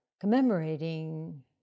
commemorating